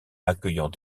accueillant